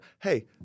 Hey